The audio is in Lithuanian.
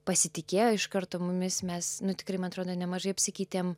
pasitikėjo iš karto mumis mes nu tikrai man atrodo nemažai apsikeitėm